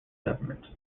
government